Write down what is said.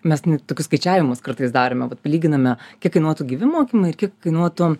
mes n tokius skaičiavimus kartais darome vat palyginame kiek kainuotų gyvi mokymai ir kiek kainuotų